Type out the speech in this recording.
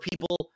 people